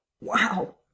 Wow